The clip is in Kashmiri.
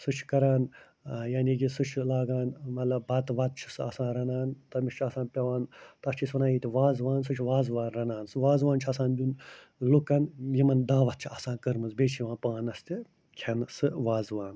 سُہ چھِ کران یعنی کہِ سُہ چھِ لاگان مطلب بَتہٕ وَتہٕ چھِ سُہ آسان رَنان تٔمِس چھِ آسان پٮ۪وان تَتھ چھِ أسۍ وَنان ییٚتہِ وازٕوان سُہ چھِ وازٕوان رَنان سُہ وازٕوان چھِ آسان دیُن لُکَن یِمَن دعوت چھِ آسان کٔرمٕژ بیٚیہِ چھِ یِوان پانَس تہِ کھٮ۪نہٕ سُہ وازٕوان